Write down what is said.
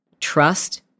trust